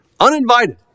uninvited